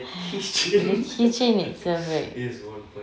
ah the keychain itself right